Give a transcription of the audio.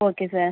okay sir